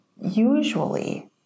usually